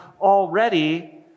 already